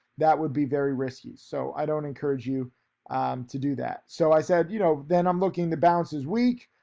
that would be very risky. so i don't encourage you to do that. so i said you know, then i'm looking to bounces is weak,